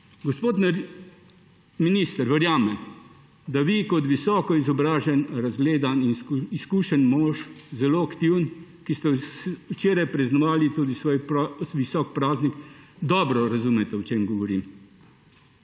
Gospod minister, verjamem, da vi kot visoko izobražen, razgledan in izkušen mož, zelo aktiven, ki ste včeraj praznovali tudi svoj visok praznik, dobro razumete, o čem govorim.